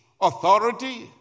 authority